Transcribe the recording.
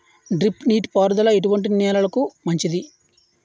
Drip నీటి పారుదల ఎటువంటి నెలలకు మంచిది?